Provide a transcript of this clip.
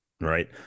right